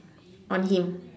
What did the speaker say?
on him